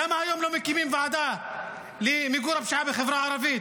למה היום לא מקימים ועדה למיגור הפשיעה בחברה הערבית?